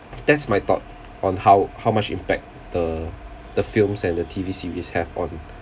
that's my thought on how how much impact the the films and the T_V series have on